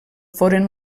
foren